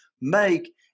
make